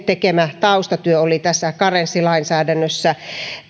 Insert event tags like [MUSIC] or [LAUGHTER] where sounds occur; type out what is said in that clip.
[UNINTELLIGIBLE] tekemä taustatyö oli tässä karenssilainsäädännössä